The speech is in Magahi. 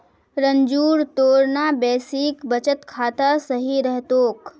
रंजूर तोर ना बेसिक बचत खाता सही रह तोक